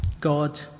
God